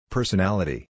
Personality